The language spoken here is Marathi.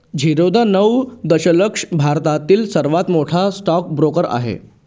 झिरोधा नऊ दशलक्ष भारतातील सर्वात मोठा स्टॉक ब्रोकर आहे